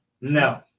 No